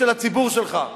גם לגבי, גם לגבי בני.